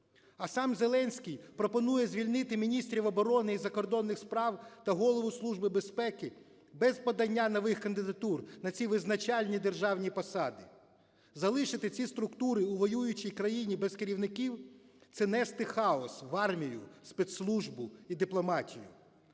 А сам Зеленський пропонує звільнити міністрів оборони і закордонних справ та голову Служби безпеки без подання нових кандидатур на ці визначальні державні посади. Залишити ці структури у воюючій країні без керівників – це нести хаос в армію, спецслужбу і дипломатію.